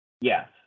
Yes